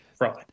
Right